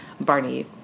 Barney